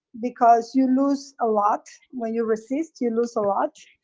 because you lose a lot. when you resist you lose a lot.